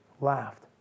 laughed